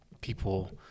people